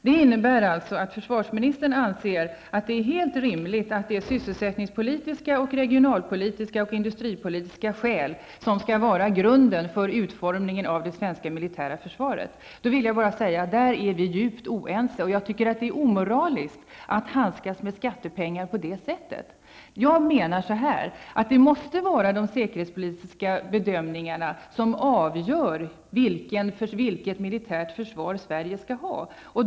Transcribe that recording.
Detta innebär att försvarsministern anser att det är helt rimligt att sysselsättningspolitiska, regionalpolitiska och industripolitiska skäl skall vara grunden för utformningen av det svenska militära försvaret. Då vill jag bara säga att vi här är djupt oense. Jag tycker att det är omoraliskt att handskas med skattepengar på det sättet. Jag menar att det måste vara de säkerhetspolitiska bedömningarna som avgör vilket militärt försvar Sverige skall ha.